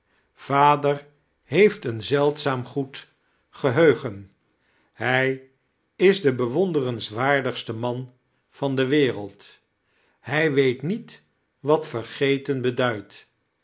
vader heeft een zeldzaam goed geheugen hij is de bewonderenswaardigste man van de wereld hij weet niet wat vergeteni beduadt